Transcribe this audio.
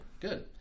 good